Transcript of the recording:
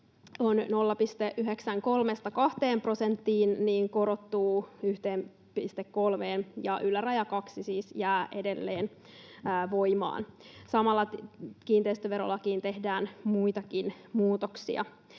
on 0,93—2 prosenttia, alaraja korottuu 1,3:een, ja yläraja 2 siis jää edelleen voimaan. Samalla kiinteistöverolakiin tehdään muitakin muutoksia.